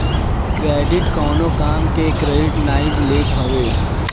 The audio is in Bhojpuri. क्रेडिट कवनो काम के क्रेडिट नाइ लेत हवे